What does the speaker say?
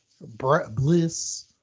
Bliss